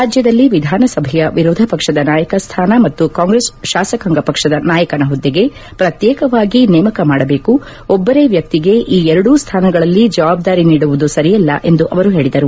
ರಾಜ್ಯದಲ್ಲಿ ವಿಧಾನಸಭೆಯ ವಿರೋಧ ಪಕ್ಷದ ನಾಯಕ ಸ್ಥಾನ ಮತ್ತು ಕಾಂಗ್ರೆಸ್ ಶಾಸಕಾಂಗ ಪಕ್ಷದ ನಾಯಕನ ಹುದ್ದೆಗೆ ಪ್ರತ್ಯೇಕವಾಗಿ ನೇಮಕ ಮಾಡಬೇಕು ಒಬ್ಬರೇ ವ್ಯಕ್ತಿಗೆ ಈ ಎರಡೂ ಸ್ಥಾನಗಳಲ್ಲಿ ಜವಾಬ್ದಾರಿ ನೀಡುವುದು ಸರಿಯಲ್ಲ ಎಂದು ಅವರು ಹೇಳಿದರು